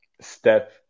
step